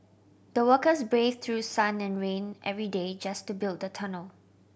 the workers brave through sun and rain every day just to build the tunnel